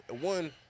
One